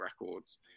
records